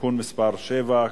(תיקון מס' 7)